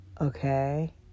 Okay